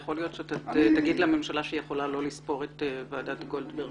יכול להיות שתגיד לממשלה שהיא יכולה לא לספור את ועדת גולדברג?